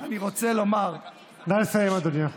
אני רוצה לומר, נא לסיים, אדוני.